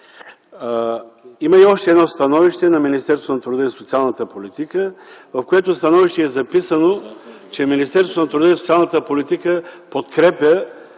Има и още едно становище на Министерството на труда и социалната политика, в което е записано, че Министерството на труда и социалната политика подкрепя